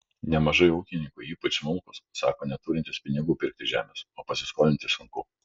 nemažai ūkininkų ypač smulkūs sako neturintys pinigų pirkti žemės o pasiskolinti sunku